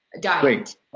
diet